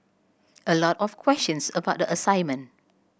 a lot of questions about the assignment